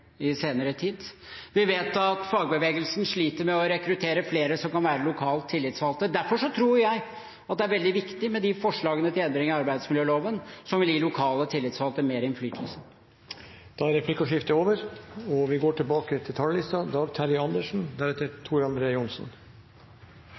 den senere tid. Vi vet at fagbevegelsen sliter med å rekruttere flere som kan være lokale tillitsvalgte. Derfor tror jeg det er veldig viktig med de forslagene til endringer i arbeidsmiljøloven som vil gi lokale tillitsvalgte mer innflytelse. Replikkordskiftet er over. Jeg vil få lov til